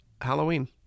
Halloween